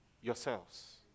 yourselves